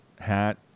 hat